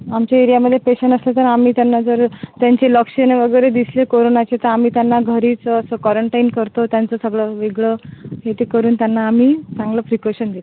आमच्या एरियामले पेशंट असले तर आम्ही त्यांना जर त्यांचे लक्षणे वगैरे दिसले करोनाचे तर आम्ही त्यांना घरीचं असं कॉरंटाइन करतो त्यांचं सगळं वेगळं हे ते करून त्यांना आम्ही चांगलं फ्रिकॉशन देत